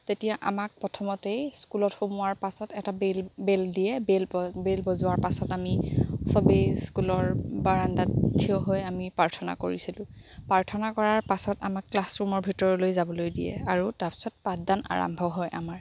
তেতিয়া আমাক প্ৰথমতেই স্কুলত সোমোৱাৰ পাছত এটা বেল বেল দিয়ে বেল বেল বজোৱাৰ পাছত আমি চবেই স্কুলৰ বাৰাণ্ডাত ঠিয় হৈ আমি প্ৰাৰ্থনা কৰিছিলোঁ প্ৰাৰ্থনা কৰাৰ পাছত আমাক ক্লাছৰূমৰ ভিতৰলৈ যাবলৈ দিয়ে আৰু তাৰপাছত পাঠদান আৰম্ভ হয় আমাৰ